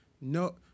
no